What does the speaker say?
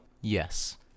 Yes